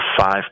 five